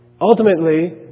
Ultimately